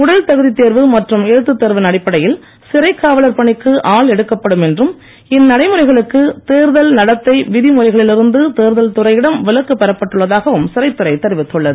உடல் தகுதி தேர்வு மற்றும் எழுத்து தேர்வின் அடிப்படையில் சிறை காவலர் பணிக்கு ஆள் எடுக்கப்படும் இந்நடைமுறைகளுக்கு தேர்தல் நடத்தை விதிமுறைகளில் என்றும் தேர்தல் துறையிடம் விலக்கு பெறப்பட்டுள்ளதாகவும் இருந்து சிறைத்துறை தெரிவித்துள்ளது